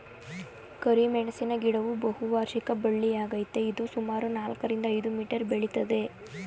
ಕರಿಮೆಣಸಿನ ಗಿಡವು ಬಹುವಾರ್ಷಿಕ ಬಳ್ಳಿಯಾಗಯ್ತೆ ಇದು ಸುಮಾರು ನಾಲ್ಕರಿಂದ ಐದು ಮೀಟರ್ ಬೆಳಿತದೆ